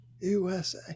USA